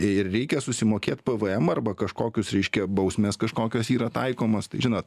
ir reikia susimokėt pvemą arba kažkokius reiškia bausmes kažkokios yra taikomas tai žinot